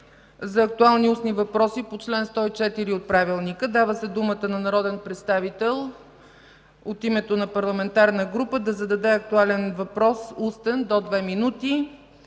за актуални устни въпроси по чл. 104 от Правилника. Дава се думата на народен представител от името на парламентарна група да зададе актуален устен въпрос до две минути.